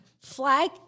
flag